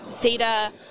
data